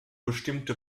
bestimmte